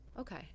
okay